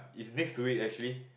it's next to it actually